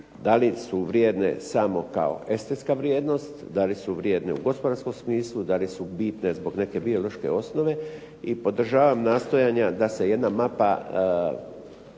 da li su vrijedne samo kao estetska vrijednost, da li su vrijedne u gospodarskom smislu, da li su bitne zbog neke biološke osnove. I podržavam nastojanja da se jedna mapa